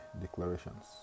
Declarations